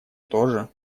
тоже